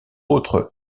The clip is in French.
autres